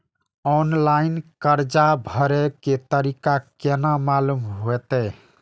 Online कर्जा भरे के तारीख केना मालूम होते?